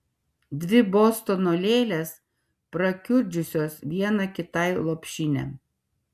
dvi bostono lėlės prakiurdžiusios viena kitai lopšinę